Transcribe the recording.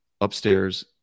upstairs